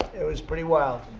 it was pretty wild.